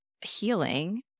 healing